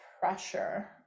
pressure